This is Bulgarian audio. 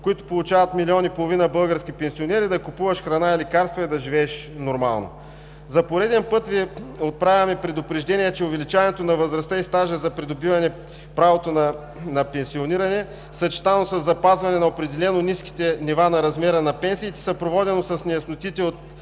които получават милион и половина български пенсионери, да купуваш храна и лекарства и да живееш нормално. За пореден път Ви отправяме предупреждение, че увеличаването на възрастта и стажа за придобиване правото на пенсиониране, съчетано със запазване на определено ниските нива на размера на пенсиите, съпроводено с неяснотите от